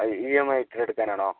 അത് E M I ഇട്ട് എടുക്കാനാണോ